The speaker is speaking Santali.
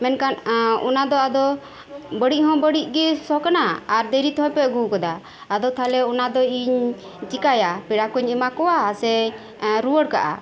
ᱢᱮᱱᱠᱷᱟᱱ ᱚᱱᱟ ᱫᱚ ᱟᱫᱚ ᱵᱟᱹᱲᱤᱡ ᱦᱚᱸ ᱵᱟᱹᱲᱤᱡ ᱜᱮ ᱥᱚ ᱠᱟᱱᱟ ᱟᱨ ᱫᱮᱨᱤ ᱛᱮᱦᱚᱸ ᱯᱮ ᱟᱹᱜᱩ ᱟᱠᱟᱫᱟ ᱟᱫᱚ ᱛᱟᱦᱚᱞᱮ ᱚᱱᱟ ᱫᱚ ᱤᱧ ᱪᱮᱠᱟᱭᱟ ᱯᱮᱲᱟ ᱠᱩᱧ ᱮᱢᱟ ᱠᱚᱭᱟ ᱥᱮᱧ ᱨᱩᱭᱟᱹᱲ ᱠᱟᱜᱼᱟ